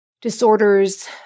Disorders